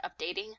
updating